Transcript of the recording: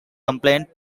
compliant